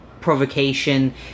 provocation